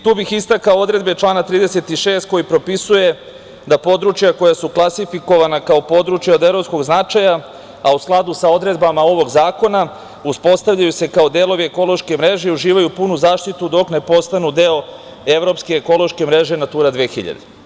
Tu bih istakao odredbe člana 36. koji propisuje da područja koja su klasifikovana kao područja od evropskog značaja, a u skladu sa odredbama ovog zakona uspostavljaju se kao delovi ekološke mreže i uživaju punu zaštitu dok ne postanu deo Evropske ekološke mreže „Natura 2000“